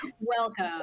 Welcome